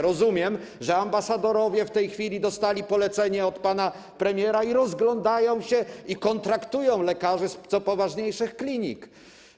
Rozumiem, że ambasadorowie w tej chwili dostali polecenie od pana premiera i rozglądają się, i kontraktują lekarzy z co poważniejszych klinik.